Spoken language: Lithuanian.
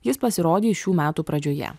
jis pasirodys šių metų pradžioje